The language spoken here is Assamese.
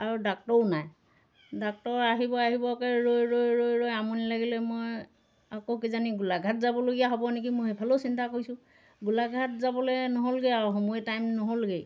আৰু ডাক্তৰো নাই ডাক্তৰ আহিব আহিবকৈ ৰৈ ৰৈ ৰৈ ৰৈ আমনি লাগিলে মই আকৌ কিজানি গোলাঘাট যাবলগীয়া হ'ব নেকি মই সেইফালেও চিন্তা কৰিছোঁ গোলাঘাট যাবলৈ নহ'লগৈ আৰু সময় টাইম নহ'লগেই